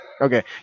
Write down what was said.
Okay